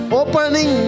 opening